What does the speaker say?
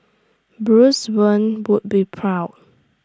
Bruce Wayne would be proud